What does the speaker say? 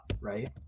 right